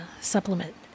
supplement